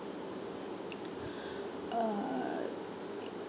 err uh